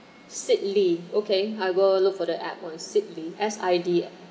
seedly okay I will look for the app on seedly S_I_D